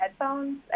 headphones